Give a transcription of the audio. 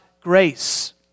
grace